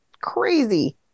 crazy